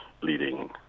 leading